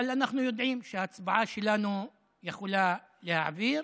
אבל אנחנו יודעים שההצבעה שלנו יכולה להעביר